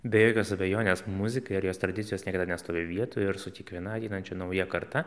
be jokios abejonės muzika ir jos tradicijos niekada nestovi vietoj ir su kiekviena ateinančia nauja karta